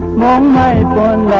one nine one